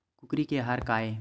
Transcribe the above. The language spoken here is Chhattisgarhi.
कुकरी के आहार काय?